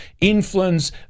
influence